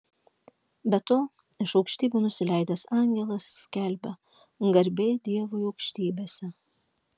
be to iš aukštybių nusileidęs angelas skelbia garbė dievui aukštybėse